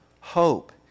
hope